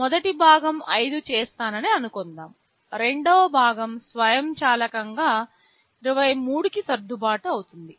నేను మొదటి భాగం 5 చేస్తానని అనుకుందాం రెండవ భాగం స్వయంచాలకంగా 23 కి సర్దుబాటు అవుతుంది